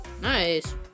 Nice